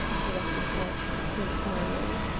corrected brett, still smiling.